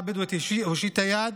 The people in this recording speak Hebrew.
החברה הבדואית הושיטה יד,